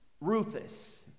Rufus